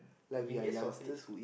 we can get sausage